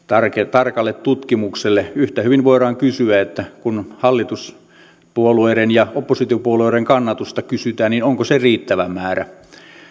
tarkalle tutkimukselle yhtä hyvin voidaan kysyä kun hallituspuolueiden ja oppositiopuolueiden kannatusta kysytään onko se riittävä määrä